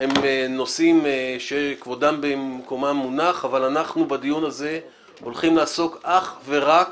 הם נושאים שכבודם במקומם מונח אבל בדיון הזה אנחנו הולכים לעסוק אך ורק